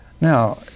Now